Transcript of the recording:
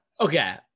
Okay